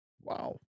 wow